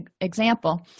example